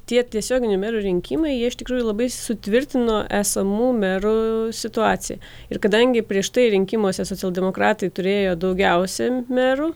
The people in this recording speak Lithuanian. tie tiesioginių merų rinkimai jie iš tikrųjų labai sutvirtino esamų merų situaciją ir kadangi prieš tai rinkimuose socialdemokratai turėjo daugiausia merų